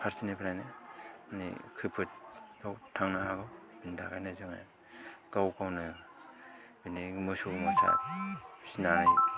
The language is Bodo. फारसेनिफ्रायनो मानि खैफोदाव थांनो हागौ बेनिखायनो जोङो गाव गावनो बिदिनो मोसौ मैसा फिनानै